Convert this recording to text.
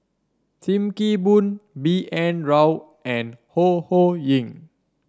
Sim Kee Boon B N Rao and Ho Ho Ying